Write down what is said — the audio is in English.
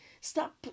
Stop